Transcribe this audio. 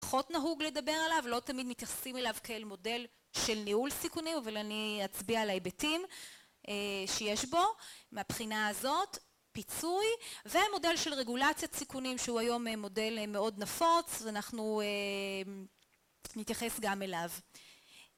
פחות נהוג לדבר עליו, לא תמיד מתייחסים אליו כאל מודל של ניהול סיכוני, אבל אני אצביע על ההיבטים שיש בו. מהבחינה הזאת, פיצוי ומודל של רגולצית סיכונים, שהוא היום מודל מאוד נפוץ ואנחנו נתייחס גם אליו.